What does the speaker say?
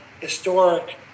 historic